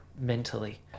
mentally